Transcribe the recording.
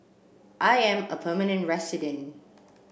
I am a permanent resident